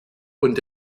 und